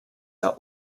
are